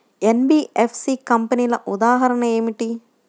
NBFC కంపెనీల ఉదాహరణ ఏమిటి?